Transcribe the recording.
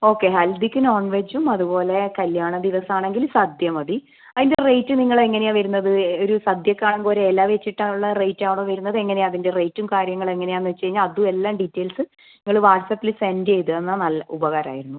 okay ഹൽദിക്ക് നോൺവെജും അതുപോലെ കല്ല്യാണ ദിവസം ആണെങ്കിൽ സദ്യ മതി അതിൻ്റെ റേറ്റ് നിങ്ങൾ എങ്ങനെയാണ് വരുന്നത് ഒരു സദ്യയ്ക്ക് ആവുമ്പോൾ ഒരു ഇല വച്ചിട്ട് ഉള്ള റേറ്റ് ആണോ വരുന്നത് എങ്ങനെയാണ് അതിൻ്റെ റേറ്റും കാര്യങ്ങളും എങ്ങനെയാണ് എന്ന് വച്ചു കഴിഞ്ഞാൽ അതും എല്ലാം ഡീറ്റെയിൽസ് നിങ്ങൾ വാട്ട്സ്ആപ്പിൽ സെൻ്റ് ചെയ്തു തന്നാൽ നല്ല ഉപകാരം ആയിരുന്നു